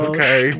Okay